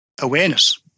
Awareness